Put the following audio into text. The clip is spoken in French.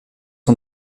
son